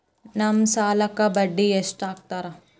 ನಮ್ ಸಾಲಕ್ ಬಡ್ಡಿ ಎಷ್ಟು ಹಾಕ್ತಾರ?